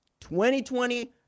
2020